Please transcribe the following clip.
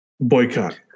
boycott